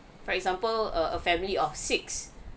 for example uh a family of six